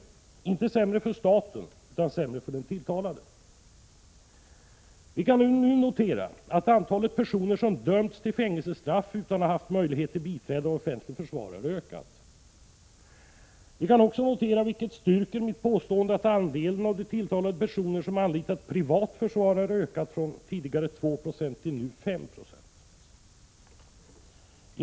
Den blev inte sämre för staten, utan sämre för den tilltalade. Vi kan nu notera att antalet personer som dömts till fängelsestraff utan att ha haft möjlighet till biträde av offentlig försvarare har ökat. Vi kan också notera — vilket styrker mitt påstående — att andelen tilltalade personer som anlitat privat försvarare ökat från tidigare 2 96 till nu 5 96.